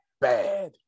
bad